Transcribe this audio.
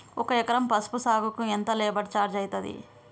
ఒక ఎకరం పసుపు సాగుకు ఎంత లేబర్ ఛార్జ్ అయితది?